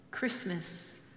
Christmas